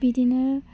बिदिनो